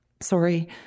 Sorry